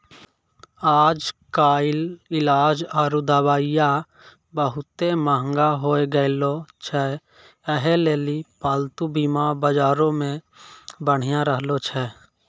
आइ काल्हि इलाज आरु दबाइयै बहुते मंहगा होय गैलो छै यहे लेली पालतू बीमा बजारो मे बढ़ि रहलो छै